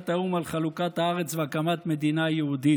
האו"ם על חלוקת הארץ והקמת מדינה יהודית.